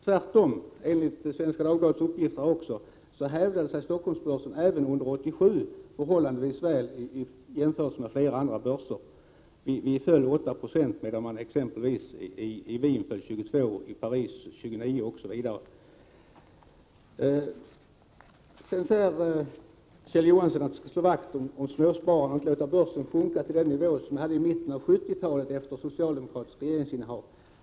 Tvärtom hävdade den sig, enligt Svenska Dagbladets uppgifter, även under 1987 förhållandevis väl i jämförelse med flera andra börser. Här föll kurserna med 8 96, medan de exempelvis i Wien föll med 22 Yo och i Paris med 29 96. Kjell Johansson säger att man skall slå vakt om småspararna och inte låta kurserna falla till samma nivå som i mitten av 70-talet, efter socialdemokratiskt regeringsinnehav.